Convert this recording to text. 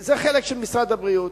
זה חלק של משרד הבריאות.